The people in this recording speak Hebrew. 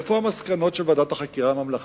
איפה המסקנות של ועדת החקירה הממלכתית,